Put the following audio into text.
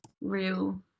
real